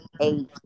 eight